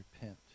repent